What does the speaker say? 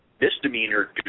misdemeanor